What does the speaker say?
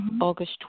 August